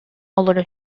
олоро